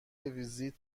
ویزیت